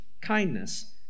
kindness